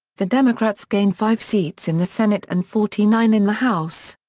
the democrats gained five seats in the senate and forty nine in the house.